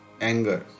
Anger